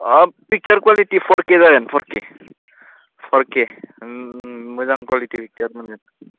अ picture कुवालिटिया फर के जागोन फर के मोजां कुवालिटि पिक्चार मोनगोन